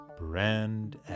Brand